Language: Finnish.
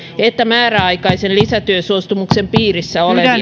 että määräaikaisen lisätyösuostumuksen piirissä olevia